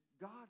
God